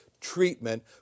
treatment